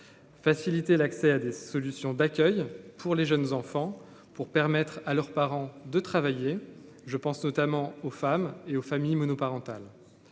faciliter l'accès à des solutions d'accueil pour les jeunes enfants, pour permettre à leurs parents, de travailler, je pense notamment aux femmes et aux familles monoparentales